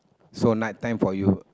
so night time for you